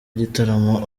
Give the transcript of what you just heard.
igitaramo